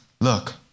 look